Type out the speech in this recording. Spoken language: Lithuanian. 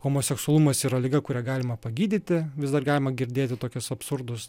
homoseksualumas yra liga kurią galima pagydyti vis dar galima girdėti tokius absurdus